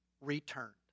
returned